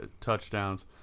touchdowns